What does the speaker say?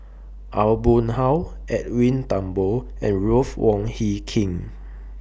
Aw Boon Haw Edwin Thumboo and Ruth Wong Hie King